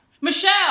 Michelle